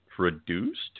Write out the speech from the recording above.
reduced